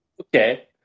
Okay